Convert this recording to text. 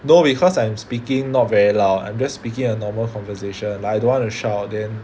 no because I am speaking not very loud I'm just speaking a normal conversation like I don't want to shout then